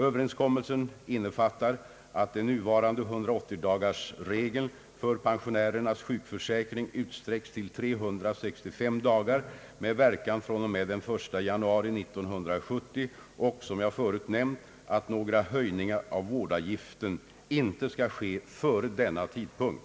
Överenskommelsen innefattar att den nuvarande 180-dagarsregeln för pensionärernas sjukvårdsförsäkring utsträcks till 365 dagar med verkan fr.o.m. den 1 januari 1970 och, som jag förut nämnt, att några höjningar av vårdavgiften inte skall ske före denna tidpunkt.